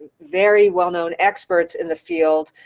very well-known experts in the field,